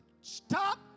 Stop